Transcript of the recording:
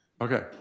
Okay